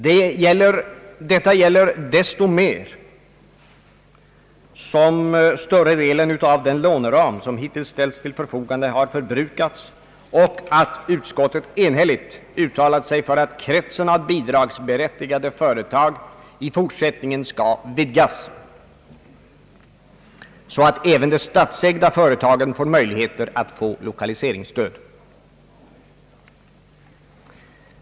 Det gäller desto mer som större delen av den låneram som hittills ställts till förfogande har förbrukats och utskottet enhälligt uttalat sig för att kretsen av bidragsberättigade företag i fortsättningen skall vidgas, så att även de statsägda företagen får möjligheter till lokaliseringsstöd.